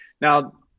now